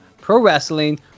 pro-wrestling